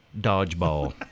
Dodgeball